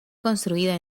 construida